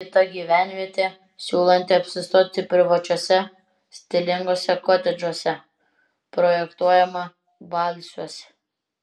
kita gyvenvietė siūlanti apsistoti privačiuose stilinguose kotedžuose projektuojama balsiuose